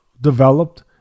developed